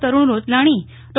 તરુણ Rochlani ડો